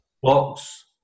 blocks